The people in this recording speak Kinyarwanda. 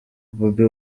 bobi